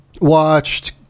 watched